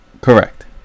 Correct